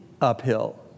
uphill